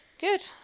Good